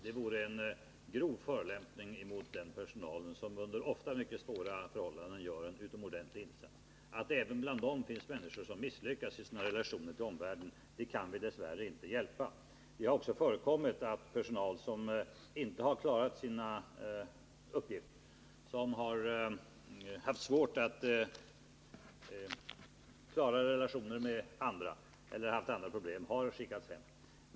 Det vore en grov förolämpning mot den personal som under ofta mycket svåra förhållanden gör en utomordentlig insats. Att det även bland dessa personer finns människor som misslyckas i sina relationer till omvärlden kan vi dess värre inte hjälpa. Det har också förekommit att personer som inte har skött sina uppgifter eller som har haft andra problem, har skickats hem.